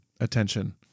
attention